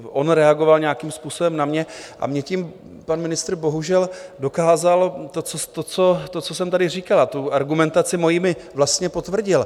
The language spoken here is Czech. On reagoval nějakým způsobem na mě a mně tím pan ministr bohužel dokázal to, co jsem tady říkal, tu argumentaci moji mi vlastně potvrdil.